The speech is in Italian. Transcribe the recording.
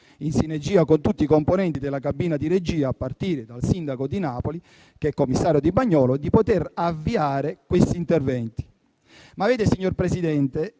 in sinergia con tutti i componenti della cabina di regia, a partire dal sindaco di Napoli, che è commissario di Bagnoli - di avviare questi interventi. Signora Presidente,